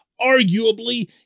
arguably